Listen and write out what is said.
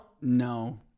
no